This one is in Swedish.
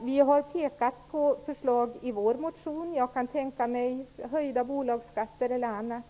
Vi har pekat på förslag i vår motion. Jag kan tänka mig höjda bolagsskatter eller annat.